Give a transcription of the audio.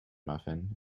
muffin